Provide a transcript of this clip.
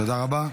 תודה רבה.